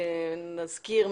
נזכיר,